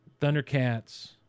Thundercats